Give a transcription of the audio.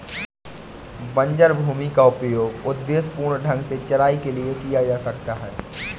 बंजर भूमि का उपयोग उद्देश्यपूर्ण ढंग से चराई के लिए किया जा सकता है